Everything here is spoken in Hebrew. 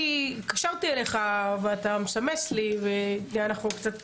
אני התקשרתי אליך ואתה מסמס לי ואנחנו קצת